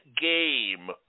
game